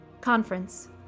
Conference